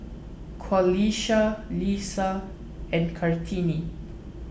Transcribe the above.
Qalisha Lisa and Kartini